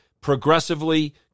progressively